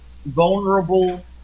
vulnerable